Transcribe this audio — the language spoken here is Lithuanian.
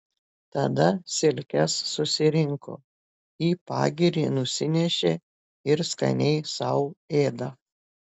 tada silkes susirinko į pagirį nusinešė ir skaniai sau ėda